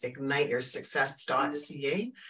igniteyoursuccess.ca